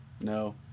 No